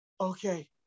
okay